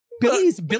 Billy's